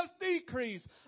decrease